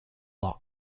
loch